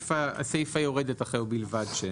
הסיפה יורד אחרי ובלבד ש.